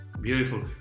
Beautiful